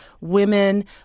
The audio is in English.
women